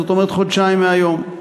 זאת אומרת חודשיים מהיום.